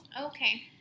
Okay